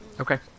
Okay